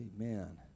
Amen